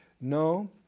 No